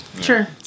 Sure